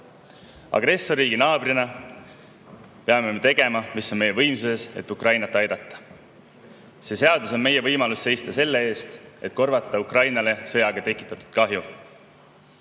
Agressorriigi naabrina peame me tegema [kõik], mis on meie võimuses, et Ukrainat aidata. See seadus on meie võimalus seista selle eest, et korvata Ukrainale sõjaga tekitatud kahju.